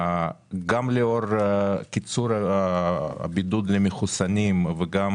גם לאור קיצור תקופת הבידוד למחוסנים וגם